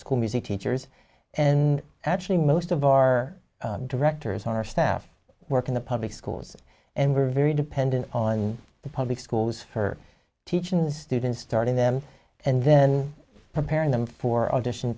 school music teachers and actually most of our directors our staff work in the public schools and we're very dependent on the public schools for teaching the students starting them and then preparing them for audition